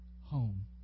home